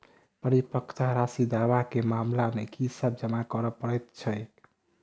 परिपक्वता राशि दावा केँ मामला मे की सब जमा करै पड़तै छैक?